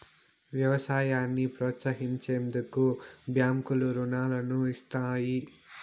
వ్యవసాయాన్ని ప్రోత్సహించేందుకు బ్యాంకులు రుణాలను ఇస్తాయి